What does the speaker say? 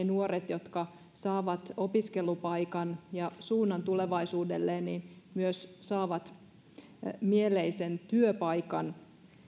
nuoret jotka saavat opiskelupaikan ja suunnan tulevaisuudelleen saavat myös mieleisen työpaikan